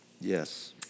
yes